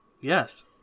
Yes